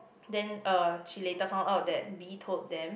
then uh she later found out that B told them